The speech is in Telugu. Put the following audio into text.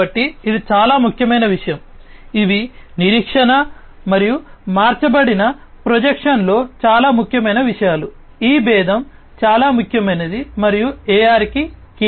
కాబట్టి ఇది చాలా ముఖ్యమైన విషయాలు ఇవి నిరీక్షణ మరియు మార్చబడిన ప్రొజెక్షన్లో చాలా ముఖ్యమైన విషయాలు ఈ భేదం చాలా ముఖ్యమైనది మరియు AR కి కీలకం